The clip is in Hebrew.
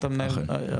אתה מנהל מחלקה.